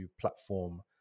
platform